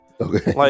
Okay